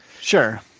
Sure